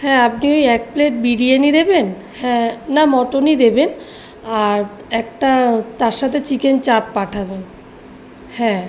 হ্যাঁ আপনি ওই এক প্লেট বিরিয়ানি দেবেন হ্যাঁ না মটনই দেবেন আর একটা তার সাথে চিকেন চাপ পাঠাবেন হ্যাঁ